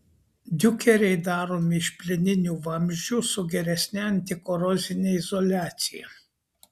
diukeriai daromi iš plieninių vamzdžių su geresne antikorozine izoliacija